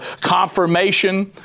Confirmation